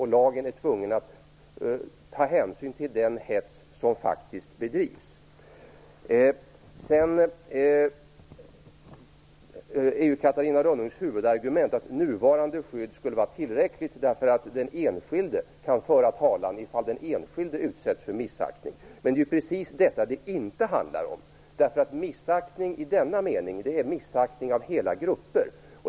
I lagen är man tvungen ta hänsyn till den hets som faktiskt bedrivs. Catarina Rönnungs huvudargument är att nuvarande skydd skulle vara tillräckligt därför att den enskilde kan föra talan ifall den enskilde uttsätts för missaktning. Det är precis detta det inte handlar om. Missaktning i denna mening är missaktning av hela grupper.